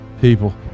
people